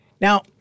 Now